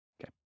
Okay